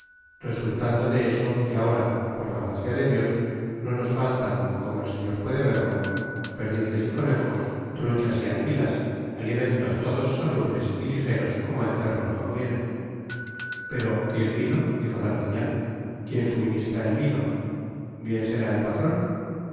resultando de eso que ahora por la gracia de dios no nos faltan como el señor puede verlo perdices y conejos truchas y anguilas alimentos todos salubres y lijeros como á enfermos convienen pero y el vino dijo d'artagnan quien suministra el vino bien será el patron